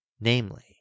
namely